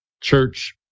church